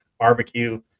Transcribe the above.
barbecue